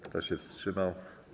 Kto się wstrzymał?